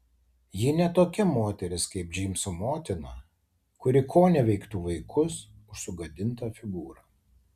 ji ne tokia moteris kaip džeimso motina kuri koneveiktų vaikus už sugadintą figūrą